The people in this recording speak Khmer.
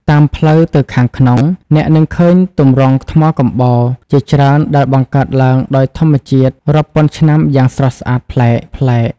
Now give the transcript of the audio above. តាមផ្លូវទៅខាងក្នុង អ្នកនឹងឃើញទម្រង់ថ្មកំបោរ ជាច្រើនដែលបង្កើតឡើងដោយធម្មជាតិរាប់ពាន់ឆ្នាំយ៉ាងស្រស់ស្អាតប្លែកៗ។